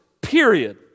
Period